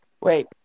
wait